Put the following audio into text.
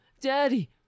daddy